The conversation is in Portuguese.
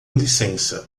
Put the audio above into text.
licença